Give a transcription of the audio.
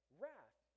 wrath